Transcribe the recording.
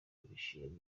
n’imishinga